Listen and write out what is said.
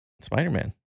Spider-Man